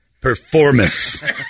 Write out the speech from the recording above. performance